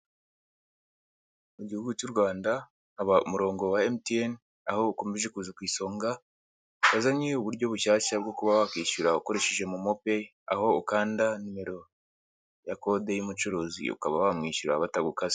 Mu gihugu cy'u Rwanda umurongo wa MTN, aho ukomeje kuza ku isonga, wazanye uburyo bushyashya bwo kuba wakwishyura ukoresheje momo peyi, aho ukanda nimero ya kode y'umucuruzi ukaba wamwishyura batagukase.